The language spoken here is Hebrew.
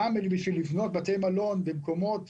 גם בשביל לבנות בתי מלון במקומות